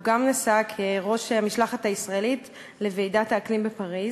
הוא גם נסע כראש המשלחת הישראלית לוועידת האקלים בפריז.